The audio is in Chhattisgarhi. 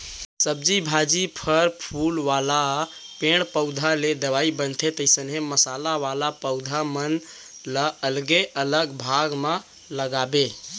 सब्जी भाजी, फर फूल वाला पेड़ पउधा ले दवई बनथे, तइसने मसाला वाला पौधा मन ल अलगे अलग भाग म लगाबे